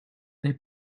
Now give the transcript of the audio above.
they